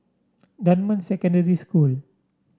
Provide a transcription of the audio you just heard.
Dunman Secondary School